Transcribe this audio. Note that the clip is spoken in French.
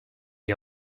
est